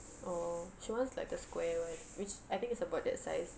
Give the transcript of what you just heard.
oh she wants like the square one which I think is about that size